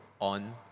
on